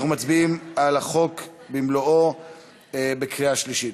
אנחנו מצביעים על החוק במלואו בקריאה שלישית,